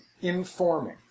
informing